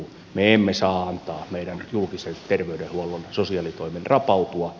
me emme saa antaa meidän julkisen terveydenhuollon sosiaalitoimen rapautua